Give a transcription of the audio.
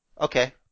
Okay